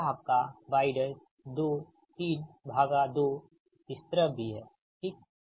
तो यह आपका y232 इस तरफ भी है ठीक